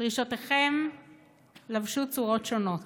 "דרישותיכם לבשו צורות שונות.